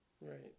Right